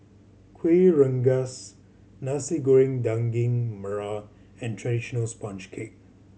Kueh Rengas Nasi Goreng Daging Merah and traditional sponge cake